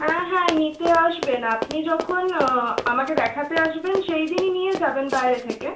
হ্যাঁ হ্যাঁ নিতে আসবেন আপনি যখন আমাকে দেখাতে আসবেন সেই দিনই নিয়ে যাবেন বইরে থেকে